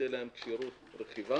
שתהיה להם כשירות רכיבה,